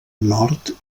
nord